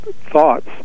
thoughts